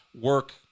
work